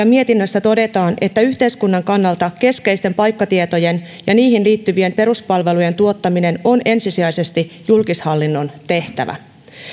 mietinnössä todetaan että yhteiskunnan kannalta keskeisten paikkatietojen ja niihin liittyvien peruspalvelujen tuottaminen on ensisijaisesti julkishallinnon tehtävä